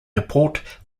airport